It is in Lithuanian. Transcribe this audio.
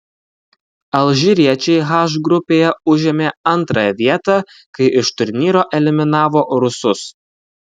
alžyriečiai h grupėje užėmė antrąją vietą kai iš turnyro eliminavo rusus